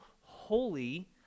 holy